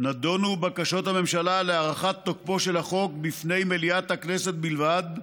נדונו בקשות הממשלה להארכת תוקפו של החוק בפני מליאת הכנסת בלבד,